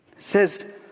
Says